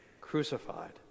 crucified